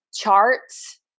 charts